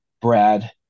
Brad